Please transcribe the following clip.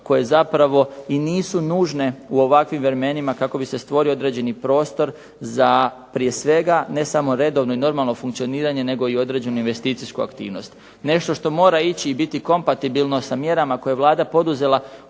koje zapravo i nisu nužne u ovakvim vremenima kako bi se stvorio određeni prostor za, prije svega ne samo redovno i normalno funkcioniranje, nego i određenu investicijsku aktivnost. Nešto što mora ići i biti kompatibilno sa mjerama koje je Vlada poduzela,